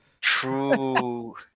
True